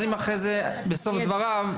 בסוף דבריו,